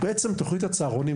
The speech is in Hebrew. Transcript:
היא שבעצם תוכנית הצהרונים,